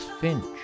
Finch